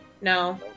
No